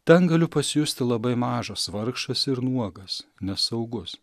ten gali pasijusti labai mažas vargšas ir nuogas nesaugus